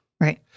Right